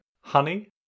Honey